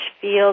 field